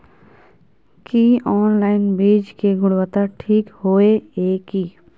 की online बीज के गुणवत्ता ठीक होय ये की?